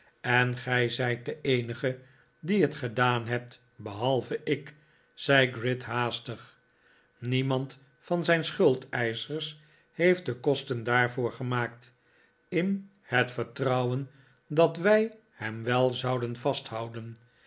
en gij zijt de eenige die het gedaan hebt behalve ik zei gride haastig niemand van zijn schuldeischers heeft de kosten daarvoor gemaakt in het vertrouwen dat wij hem wel zouden vasthouden